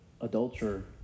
adulterer